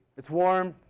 it's warm.